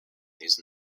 these